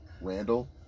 Randall